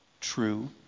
True